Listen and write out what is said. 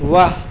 वाह